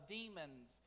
demons